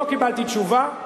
לא קיבלתי תשובה.